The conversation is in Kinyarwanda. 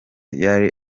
yari